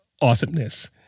awesomeness